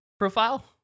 Profile